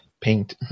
paint